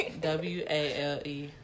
W-A-L-E